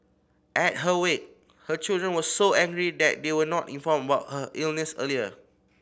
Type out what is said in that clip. at her wake her children were so angry that they were not informed about her illness earlier